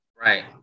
right